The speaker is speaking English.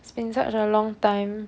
it's been such a long time